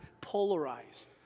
polarized